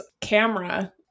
camera